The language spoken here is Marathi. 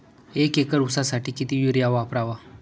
एक एकर ऊसासाठी किती युरिया वापरावा?